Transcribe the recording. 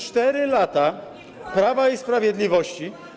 4 lata Prawa i Sprawiedliwości.